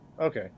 Okay